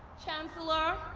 chancellor,